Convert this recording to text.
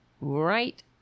right